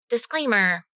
Disclaimer